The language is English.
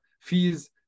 fees